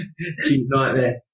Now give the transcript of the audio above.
nightmare